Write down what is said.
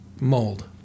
Mold